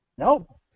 Nope